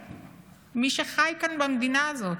מי שחי כאן, במדינה הזאת.